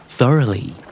Thoroughly